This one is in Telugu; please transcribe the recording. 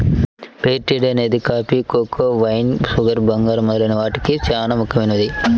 ఫెయిర్ ట్రేడ్ అనేది కాఫీ, కోకో, వైన్, షుగర్, బంగారం మొదలైన వాటికి చానా ముఖ్యమైనది